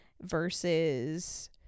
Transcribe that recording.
versus